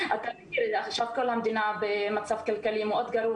עכשיו כל המדינה במצב כלכלי מאוד גרוע